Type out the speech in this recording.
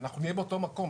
אנחנו נהיה באותו מקום.